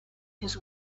his